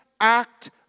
act